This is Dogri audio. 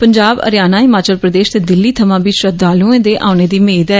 पंजाब हरियाणा हिमाचल प्रदेश ते दिल्ली थमां बी श्रद्वालुए दे औने दी मेद ऐ